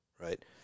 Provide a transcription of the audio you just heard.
right